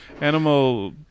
animal